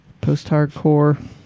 Post-hardcore